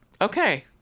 Okay